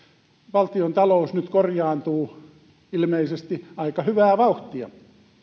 valtiontalous nyt korjaantuu ilmeisesti aika hyvää vauhtia